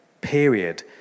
period